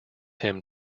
him